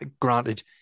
Granted